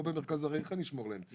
פה במרכז ארעי איך אני אשמור להם ציוד?